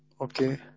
Okay